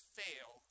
fail